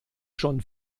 schon